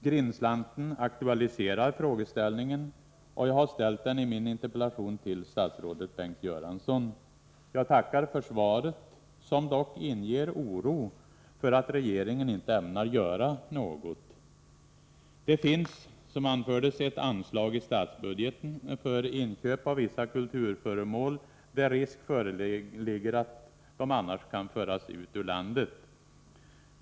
Grindslanten aktualiserar frågeställningen, och jag har uttryckt den i min interpellation till statsrådet Bengt Göransson. Jag tackar för svaret, som dock inger oro för att regeringen inte ämnar göra något. Det finns, som anfördes, ett anslag i statsbudgeten för inköp av vissa kulturföremål då risk föreligger att de annars kan föras ut ur landet.